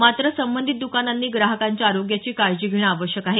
मात्र संबंधित द्कानांनी ग्राहकांच्या आरोग्याची काळजी घेणं आवश्यक आहे